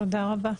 תודה רבה.